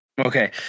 Okay